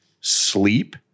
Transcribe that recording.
sleep